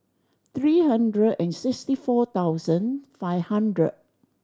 three hundred and sixty four thousand five hundred